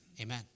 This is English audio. Amen